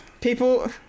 people